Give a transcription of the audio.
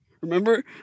Remember